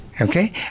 Okay